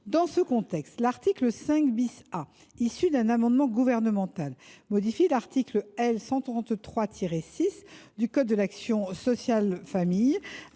Dans ce contexte, l’article 5 A, issu d’un amendement gouvernemental, modifie l’article L. 133 6 du code de l’action sociale et